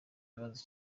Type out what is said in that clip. bibazo